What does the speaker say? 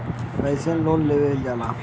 कैसे लोन लेवल जाला?